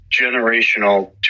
generational